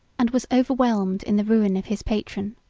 and was overwhelmed in the ruin of his patron.